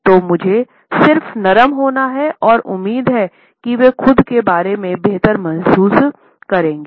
तो मुझे सिर्फ नरम होना है और उम्मीद है कि वे खुद के बारे में बेहतर महसूस करेंगे